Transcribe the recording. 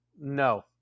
No